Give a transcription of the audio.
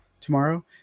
tomorrow